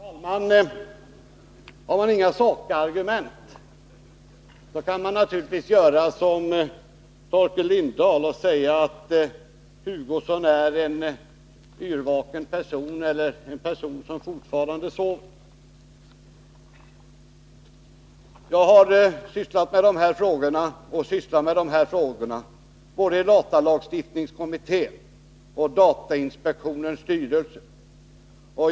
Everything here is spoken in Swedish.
Herr talman! Har man inga sakargument, kan man naturligtvis göra som Torkel Lindahl gjorde och säga att Kurt Hugosson är en yrvaken person eller en person som fortfarande sover. Jag har dock sysslat med dessa frågor både i datalagstiftningskommittén och i datainspektionens styrelse.